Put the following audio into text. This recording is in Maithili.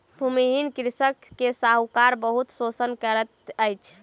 भूमिहीन कृषक के साहूकार बहुत शोषण करैत अछि